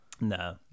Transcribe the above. No